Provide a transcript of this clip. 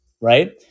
right